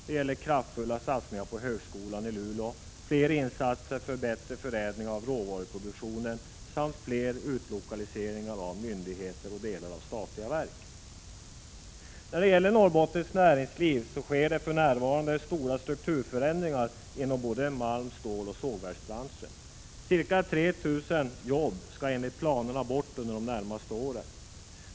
Det gäller kraftfulla satsningar på högskolan i Luleå, flerinsatser för bättre förädling av råvaruproduktion samt fler utlokalisering När det gäller Norrbottens näringsliv sker det för närvarande stora strukturförändringar inom både malm-, ståloch sågverksbranscherna. Ca 3 000 jobb skall enligt planerna bort under de närmaste åren.